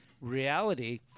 reality